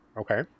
Okay